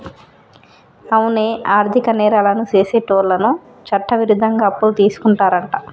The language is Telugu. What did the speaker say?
అవునే ఆర్థిక నేరాలను సెసేటోళ్ళను చట్టవిరుద్ధంగా అప్పులు తీసుకుంటారంట